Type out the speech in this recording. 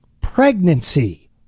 pregnancy